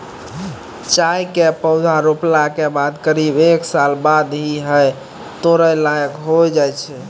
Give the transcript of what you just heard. चाय के पौधा रोपला के बाद करीब एक साल बाद ही है तोड़ै लायक होय जाय छै